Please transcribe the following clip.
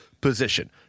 position